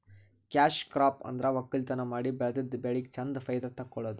cash crop ಅಂದ್ರ ವಕ್ಕಲತನ್ ಮಾಡಿ ಬೆಳದಿದ್ದ್ ಬೆಳಿಗ್ ಚಂದ್ ಫೈದಾ ತಕ್ಕೊಳದು